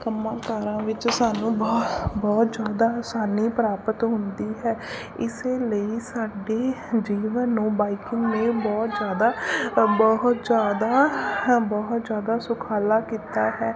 ਕੰਮਾਂ ਕਾਰਾਂ ਵਿੱਚ ਸਾਨੂੰ ਬਹੁ ਬਹੁਤ ਜ਼ਿਆਦਾ ਆਸਾਨੀ ਪ੍ਰਾਪਤ ਹੁੰਦੀ ਹੈ ਇਸ ਲਈ ਸਾਡੇ ਜੀਵਨ ਨੂੰ ਬਾਈਕਿੰਗ ਨੇ ਬਹੁਤ ਜ਼ਿਆਦਾ ਬਹੁਤ ਜ਼ਿਆਦਾ ਬਹੁਤ ਜ਼ਿਆਦਾ ਸੁਖਾਲਾ ਕੀਤਾ ਹੈ